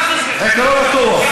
ככה זה עקרון הכוח,